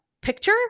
picture